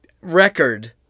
record